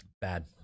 bad